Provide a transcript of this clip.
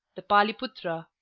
the pali-putra,